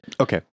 Okay